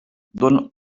donen